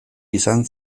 izan